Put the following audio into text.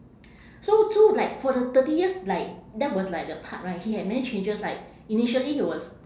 so so like for the thirty years like that was like the part right he had many changes like initially he was